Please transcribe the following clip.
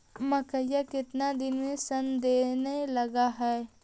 मकइ केतना दिन में शन देने लग है?